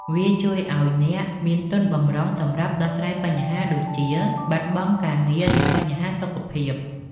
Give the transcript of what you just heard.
វាជួយឱ្យអ្នកមានទុនបម្រុងសម្រាប់ដោះស្រាយបញ្ហាដូចជា បាត់បង់ការងារ ឬបញ្ហាសុខភាព។